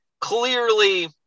Clearly